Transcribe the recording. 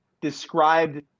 described